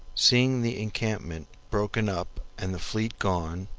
seeing the encampment broken up and the fleet gone,